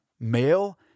male